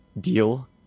deal